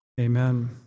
Amen